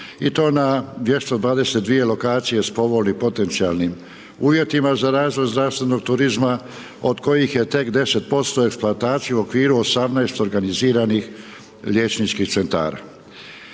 i to na 220 lokacije s povoljnim, potencijalnim uvjetima za razvoj zdravstvenog turizma od kojih je tek 10% eksploatacije u okviru 18 organiziranih liječničkih centara.